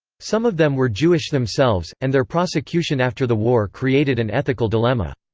some of them were jewish themselves, and their prosecution after the war created an ethical dilemma.